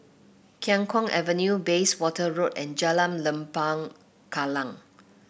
Khiang Guan Avenue Bayswater Road and Jalan Lembah Kallang